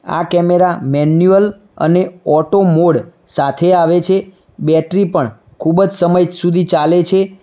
આ camera manual અને auto mode સાથે આવે છે બેટરી પણ ખૂબ જ સમય સુધી ચાલે છે